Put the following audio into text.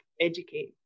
educate